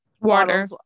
Water